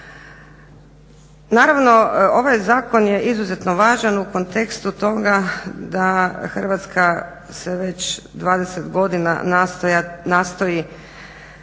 Naravno, ovaj zakon je izuzetno važan u kontekstu toga da Hrvatska se već 20 godina nastoji